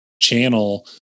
channel